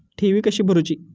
ठेवी कशी भरूची?